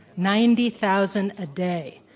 ninety thousand a day.